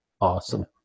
awesome